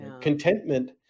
Contentment